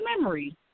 memory